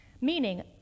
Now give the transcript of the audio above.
Meaning